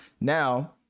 Now